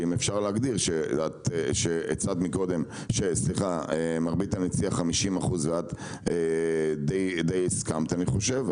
אם אפשר להגדיר את מה שהוא הציע ואת דיי הסכמת אני חושב,